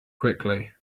quickly